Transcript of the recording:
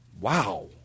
wow